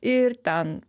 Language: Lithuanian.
ir ten